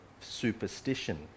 superstition